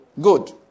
Good